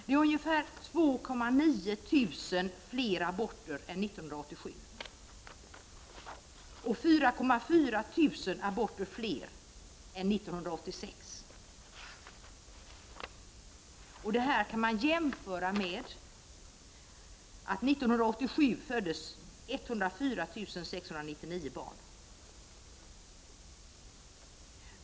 Det är nämligen 2 900 aborter fler än 1987 och 4 400 aborter fler än 1986. Detta kan jämföras med att 104 699 barn föddes 1987.